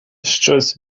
щось